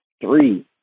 three